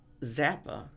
Zappa